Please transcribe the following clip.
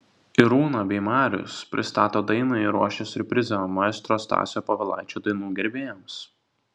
irūna bei marius pristato dainą ir ruošia siurprizą maestro stasio povilaičio dainų gerbėjams